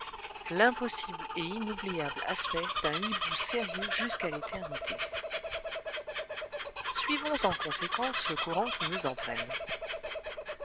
l'impossible et inoubliable aspect d'un hibou sérieux jusqu'à l'éternité suivons en conséquence le courant qui nous entraîne